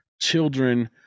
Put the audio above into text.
children